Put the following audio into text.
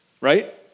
right